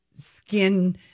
skin